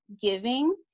giving